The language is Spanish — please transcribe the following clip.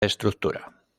estructura